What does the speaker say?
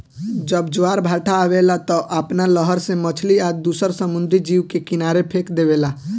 जब ज्वार भाटा आवेला त उ आपना लहर से मछली आ दुसर समुंद्री जीव के किनारे फेक देवेला